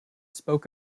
spoke